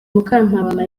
mukantabana